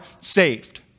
saved